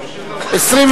נתקבלה.